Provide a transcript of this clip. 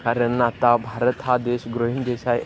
कारण आता भारत हा देश ग्रोहीन देश आहे